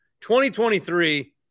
2023